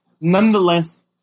nonetheless